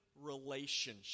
relationship